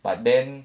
but then